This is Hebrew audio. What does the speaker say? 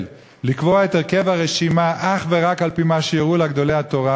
לקבוע את הרכב הרשימה אך ורק על-פי מה שיורו לה גדולי התורה